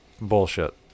bullshit